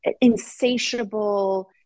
insatiable